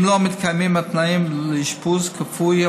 אם לא מתקיימים התנאים לאשפוז כפוי,